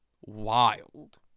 wild